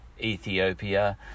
Ethiopia